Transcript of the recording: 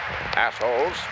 assholes